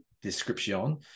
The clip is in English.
Description